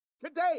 today